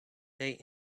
they